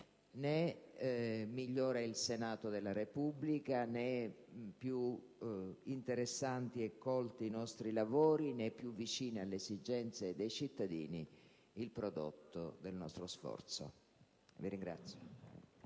né migliore il Senato della Repubblica, né più interessanti e colti i nostri lavori, né più vicino all'esigenza dei cittadini il prodotto del nostro sforzo. *(Applausi